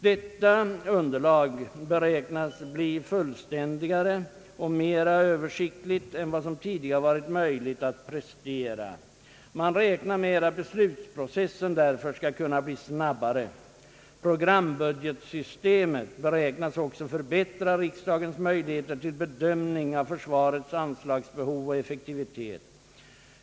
Detta underlag beräknas bli fullständigare och mera översiktligt än vad som tidigare varit möjligt att prestera. Man räknar med att beslutsprocessen därför skall kunna bli snabbare. Programbudgetsystemet beräknas också förbättra riksdagens möjligheter till bedömning av försvarets anslagsbehov och effektivitet.